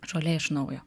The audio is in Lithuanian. žolė iš naujo